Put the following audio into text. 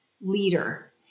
leader